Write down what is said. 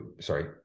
sorry